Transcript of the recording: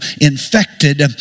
infected